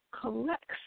collects